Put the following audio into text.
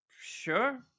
Sure